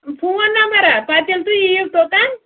phone نمبرا پَتہٕ ییٚلہِ تُہۍ یِیِو توٚتَن